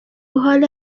حال